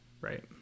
right